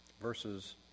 verses